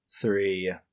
three